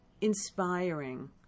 inspiring